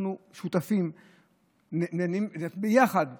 אנחנו שותפים, ביחד מנסים,